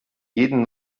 jeden